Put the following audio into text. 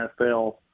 NFL